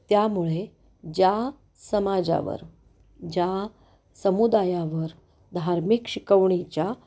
त्यामुळे ज्या समाजावर ज्या समुदायावर धार्मिक शिकवणीच्या